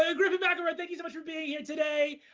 ah griffin mcelroy, thank you so much for being here today.